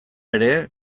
ere